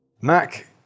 Mac